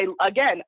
again